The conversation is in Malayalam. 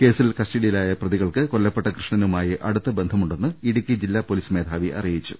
കേസിൽ കസ്റ്റഡിയിലായ പ്രതികൾക്ക് കൊല്ലപ്പെട്ട കൃഷ്ണനുമായി അടുത്ത ബന്ധമുണ്ടെന്ന് ഇടുക്കി ജില്ലാ പൊലീസ് മേധാവി അറിയിച്ചു